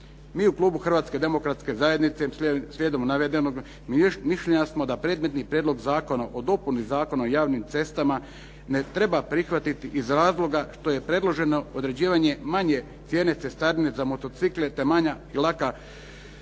Mi u klubu Hrvatske demokratske zajednice slijedom navedenog mišljenja smo da predmetni Prijedlog zakona o dopuni Zakona o javnim cestama ne treba prihvatiti iz razloga što je predloženo određivanje manje cijene cestarine za motocikle te manja i laka vozila